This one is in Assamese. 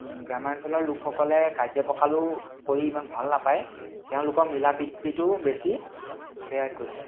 গ্ৰাম্য়াঞ্চলৰ লোকসকলে কাজিয়া পখালো কৰি ইমান ভাল নাপায় তেওঁলোকৰ মিলা প্ৰিতীটো বেছি সেয়াই কৈছোঁ